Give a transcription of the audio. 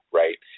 right